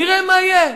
נראה מה יהיה.